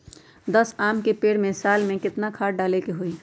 दस आम के पेड़ में साल में केतना खाद्य डाले के होई?